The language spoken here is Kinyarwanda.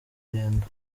rugendo